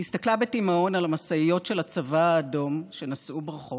היא הסתכלה בתימהון על המשאיות של הצבא האדום שנסעו ברחוב.